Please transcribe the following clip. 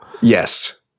Yes